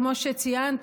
כמו שציינת,